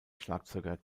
schlagzeuger